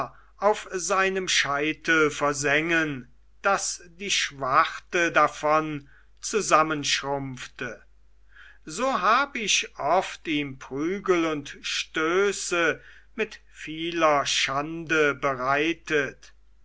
auf seinem scheitel versengen daß die schwarte davon zusammenschrumpfte so hab ich oft ihm prügel und stöße mit vieler schande bereitet